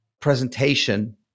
presentation